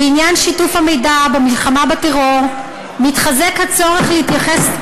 בעניין שיתוף המידע במלחמה בטרור מתחזק הצורך להתייחס,